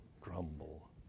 grumble